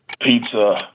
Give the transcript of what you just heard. Pizza